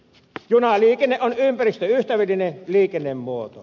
junaliikenne on ympäristöystävällinen liikennemuoto